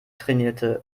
trainierte